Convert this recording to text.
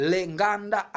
Lenganda